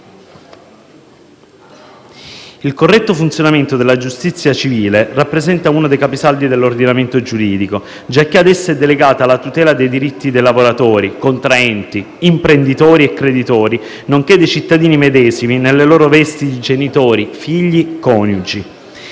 Il corretto funzionamento della giustizia civile rappresenta uno dei capisaldi dell'ordinamento giuridico, giacché a esso è delegata la tutela dei diritti dei lavoratori, contraenti, imprenditori e creditori, nonché dei cittadini medesimi nelle loro vesti di genitori, figli e coniugi.